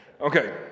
okay